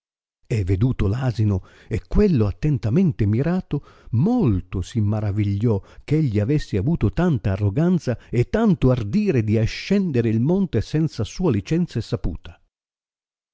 e veduto l'asino e quello attentamente mirato molto si maravigliò eh egli avesse avuto tanta arroganza e tanto ardire di ascendere il monte senza sua licenza e saputa